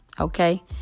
okay